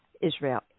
Israel